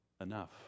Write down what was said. enough